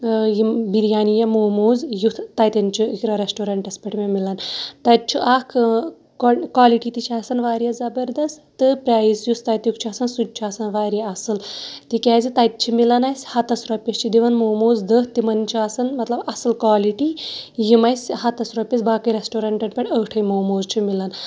یِم بِریانی یا موموز یُتھ تَتٮ۪ن چھُ اِقرا رٮ۪سٹورنٹَس پٮ۪ٹھ مےٚ مِلان تَتہِ چھُ اَکھ کالہِ کالِٹی تہِ چھِ آسان واریاہ زَبردَس تہٕ پرٛایز یُس تَتیُک چھُ آسان سُہ تہِ چھُ آسان واریاہ اَصٕل تِکیٛازِ تَتہِ چھِ مِلان اَسہِ ہَتَس رۄپیَس چھِ دِوان موموز دَہ تِمَن چھُ آسان مطلب اَصٕل کالِٹی یِم اَسہِ ہَتس رۄپیَس باقٕے رٮ۪سٹورنٛٹَن پٮ۪ٹھ ٲٹھَے موموز چھِ مِلان